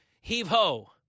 heave-ho